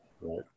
right